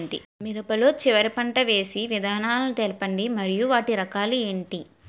మిరప లో చివర పంట వేసి విధానాలను తెలపండి మరియు వాటి రకాలు ఏంటి